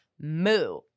moo